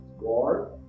War